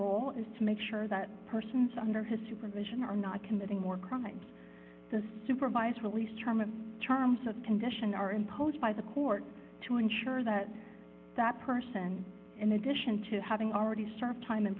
role is to make sure that persons under his supervision are not committing more crimes the supervised release term in terms of condition are imposed by the court to ensure that that person in addition to having already served time in